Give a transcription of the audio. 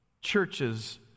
churches